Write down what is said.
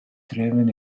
driven